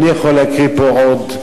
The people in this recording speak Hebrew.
אני יכול להקריא פה עוד,